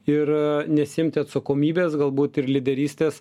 ir nesiimti atsakomybės galbūt ir lyderystės